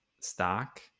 stock